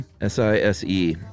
S-I-S-E